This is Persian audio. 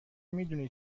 میدونی